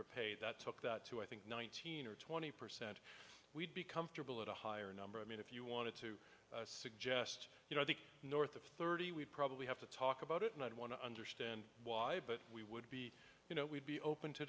repaid that took that to i think nineteen or twenty percent we'd be comfortable at a higher number i mean if you wanted to suggest you know the north of thirty we'd probably have to talk about it and i'd want to understand why but we would be you know we'd be open to